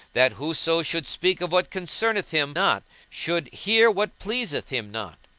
that whoso should speak of what concerneth him not should hear what pleaseth him not.